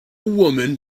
woman